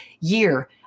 year